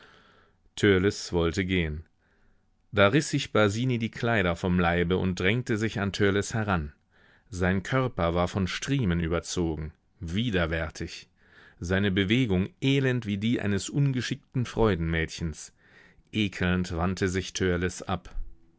wollte gehen da riß sich basini die kleider vom leibe und drängte sich an törleß heran sein körper war von striemen überzogen widerwärtig seine bewegung elend wie die eines ungeschickten freudenmädchens ekelnd wandte sich törleß ab